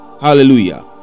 Hallelujah